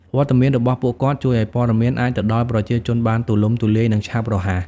វត្តមានរបស់ពួកគាត់ជួយឲ្យព័ត៌មានអាចទៅដល់ប្រជាជនបានទូលំទូលាយ និងឆាប់រហ័ស។